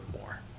more